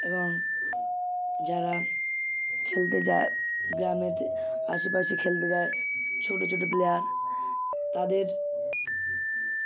এবং যারা খেলতে যায় গ্রামেতে আশেপাশে খেলতে যায় ছোট ছোট প্লেয়ার তাদের